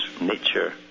nature